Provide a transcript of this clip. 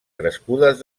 crescudes